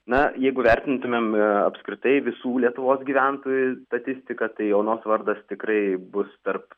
na jeigu vertintumėm apskritai visų lietuvos gyventojų statistiką tai onos vardas tikrai bus tarp